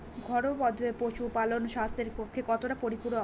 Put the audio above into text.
ঘরোয়া পদ্ধতিতে পশুপালন স্বাস্থ্যের পক্ষে কতটা পরিপূরক?